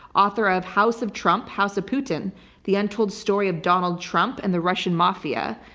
author of house of trump, house of putin the untold story of donald trump and the russian mafia.